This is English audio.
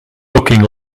looking